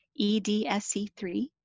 EDSC3